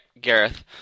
Gareth